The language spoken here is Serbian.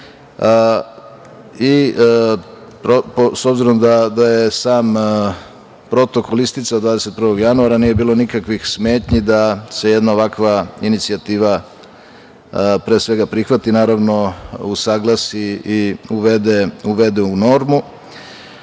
S obzirom da je sam Protokol isticao 21. januara, nije bilo nikakvih smetnji da se jedna ovakva inicijativa prihvati, naravno usaglasi i uvede u normu.